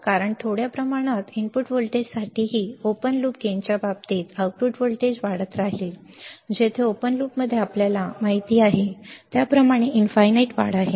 कारण थोड्या प्रमाणात इनपुट व्होल्टेजसाठीही ओपन लूप गेनच्या बाबतीत आउटपुट व्होल्टेज वाढत राहील जेथे ओपन लूपमध्ये आपल्याला माहिती आहे त्याप्रमाणे अनंत वाढ आहे